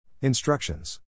Instructions